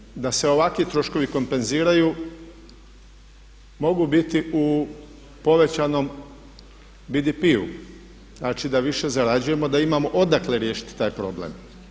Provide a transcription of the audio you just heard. Rješenje da se ovakvi troškovi kompenziraju mogu biti u povećanom BDP-u, znači da više zarađujemo, da imamo odakle riješiti taj problem.